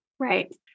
Right